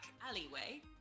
alleyway